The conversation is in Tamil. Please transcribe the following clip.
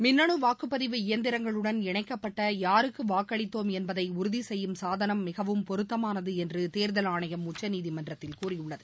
மின்னு வாக்குப்பதிவு இயந்திரங்களுடன் இணைக்கப்பட்ட யாருக்கு வாக்களித்தோம் என்பதை உறுதிசெய்யும் சாதனம் மிகவும் பொருத்தமானது என்று தேர்தல் ஆணையம் உச்சநீதிமன்றத்தில் கூறியுள்ளது